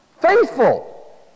faithful